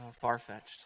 far-fetched